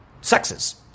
sexes